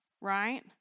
right